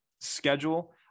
schedule